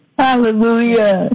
hallelujah